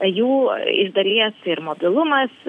jų iš dalies ir mobilumas